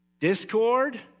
Discord